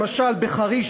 למשל בחריש,